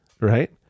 right